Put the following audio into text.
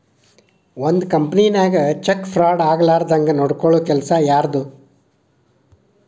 ಒಂದ್ ಕಂಪನಿನ್ಯಾಗ check fraud ಆಗ್ಲಾರ್ದಂಗ್ ನೊಡ್ಕೊಲ್ಲೊ ಕೆಲಸಾ ಯಾರ್ದು?